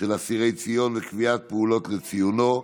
של אסיר ציון וקביעת פעולות לציונו),